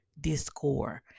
discord